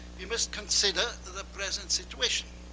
you must consider the present situation.